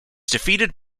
defeated